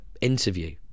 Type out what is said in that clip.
interview